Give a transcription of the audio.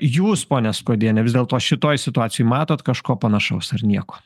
jūs ponia skuodiene vis dėlto šitoj situacijoj matot kažko panašaus ar nieko